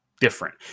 different